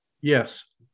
Yes